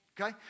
Okay